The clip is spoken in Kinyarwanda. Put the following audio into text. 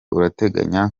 urateganya